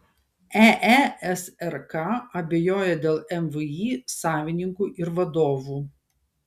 eesrk abejoja dėl mvį savininkų ir vadovų